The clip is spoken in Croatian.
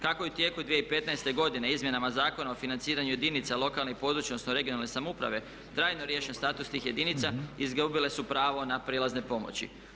Kako je u tijeku 201. godine izmjenama Zakona o financiranju jedinica lokalne i područne (regionalne) samouprave trajno riješen status tih jedinica izgubile su pravo na prijelazne pomoći.